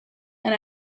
and